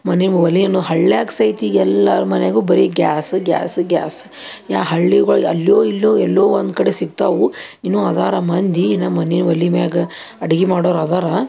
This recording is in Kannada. ಮನೆ ಒಲೆಯೂ ಹಳ್ಳ್ಯಾಗ ಸಹಿತ ಈಗ ಎಲ್ಲರ ಮನೆಗೂ ಬರೀ ಗ್ಯಾಸ ಗ್ಯಾಸ ಗ್ಯಾಸ್ ಯಾ ಹಳ್ಳಿಗಳ್ಗೆ ಅಲ್ಲೋ ಇಲ್ಲೋ ಎಲ್ಲೋ ಒಂದು ಕಡೆ ಸಿಕ್ತಾವು ಇನ್ನೂ ಅದಾರ ಮಂದಿ ಈ ನಮೂನಿ ಒಲೆ ಮ್ಯಾಗ ಅಡುಗೆ ಮಾಡೋರು ಅದಾರ